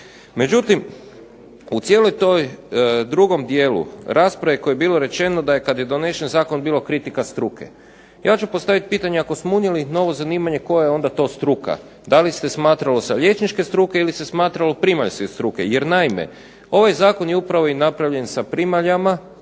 Međutim, u cijeloj toj, drugom dijelu rasprave koje je bilo rečeno da kad je donešen zakon bilo kritika struke. Ja ću postaviti pitanje ako smo unijeli novo zanimanje koja je onda to struka. Da li se smatralo sa liječničke struke ili se smatralo primaljske struke. Jer naime, ovaj Zakon je upravo i napravljen sa primaljama